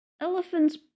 Elephants